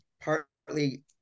partly